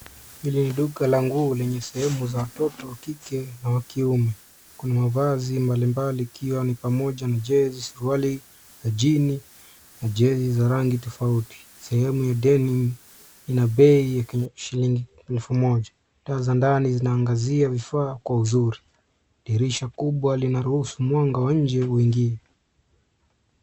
Hili duka la nguo lenye sehemu za watoto wa kike na wa kiume, kuna mavazi mbali mbali likiwa ni pamoja na jezi, suruali, jini na jezi za rangi tofauti. Sehemu ya denim ina bei ya shillingi elfu moja hata za ndani zinaangazia vifaa kwa uzuri. Dirisha kubwa linarushu mwanga wa nje uingie.